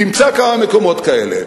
תמצא כמה מקומות כאלה.